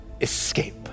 escape